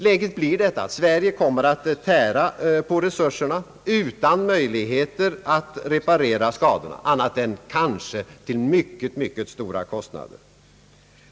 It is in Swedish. Läget blir sådant att Sverige kommer att tära på resurserna utan möjligheter att reparera skadorna annat än kanske till mycket stora kostnader.